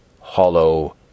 hollow